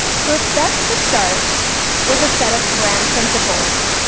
so it's best to start with a set of brand principles.